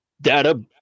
data